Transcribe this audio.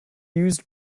used